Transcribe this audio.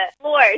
floors